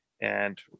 and-